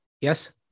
yes